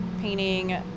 painting